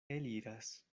eliras